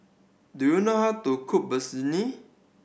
do you know how to cook